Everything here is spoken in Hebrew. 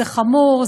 זה חמור,